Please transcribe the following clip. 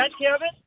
Kevin